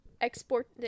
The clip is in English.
Export